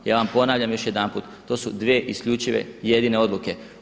Ja vam ponavljam još jedanput, to su dvije isključive i jedine odluke.